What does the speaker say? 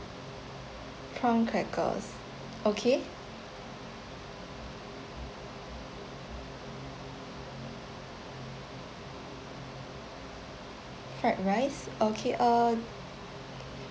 prawn crackers okay fried rice okay uh